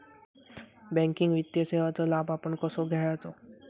Banking वित्तीय सेवाचो लाभ आपण कसो घेयाचो?